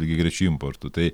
lygiagrečiu importu tai